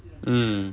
mm